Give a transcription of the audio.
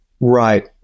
Right